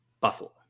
Buffalo